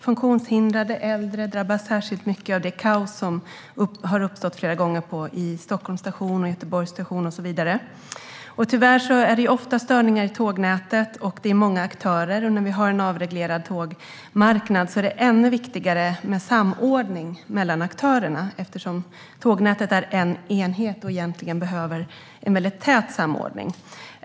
Funktionshindrade och äldre har drabbats särskilt mycket av det kaos som har uppstått flera gånger vid stationerna i Stockholm och Göteborg och så vidare. Tyvärr är det ofta störningar i tågnätet, och det är många aktörer. När vi har en avreglerad tågmarknad är det ännu viktigare med samordning mellan aktörerna, eftersom tågnätet är en enhet som egentligen behöver en väldigt tät samordning.